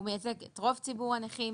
הוא מייצג את רוב ציבור הנכים.